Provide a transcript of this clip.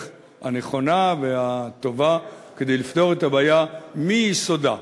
הנכונה והטובה כדי לפתור את הבעיה מיסודה.